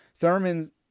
Thurman